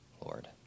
Lord